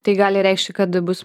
tai gali reikšti kad bus